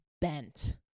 bent